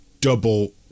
Double